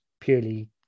purely